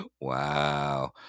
wow